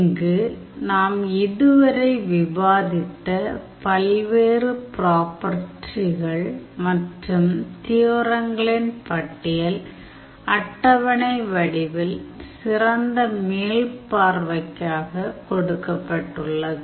இங்கு நாம் இதுவரை விவாதித்த பல்வேறு பிராப்பர்டிகள் மற்றும் தியோரங்களின் பட்டியல் அட்டவணை வடிவில் சிறந்த மீள்பார்வைக்காகக் கொடுக்கப் பட்டுள்ளது